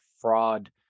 fraud